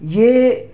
یہ